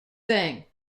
thing